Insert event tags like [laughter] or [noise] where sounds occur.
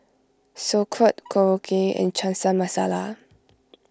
Sauerkraut Korokke and [unintelligible] Masala